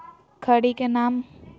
खड़ी के नाम?